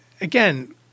again